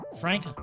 frank